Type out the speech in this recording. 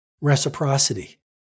reciprocity